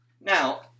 Now